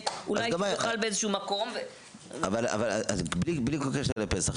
ואולי תאכל באיזשהו מקום --- אבל בלי כל קשר לפסח,